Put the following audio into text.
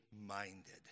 minded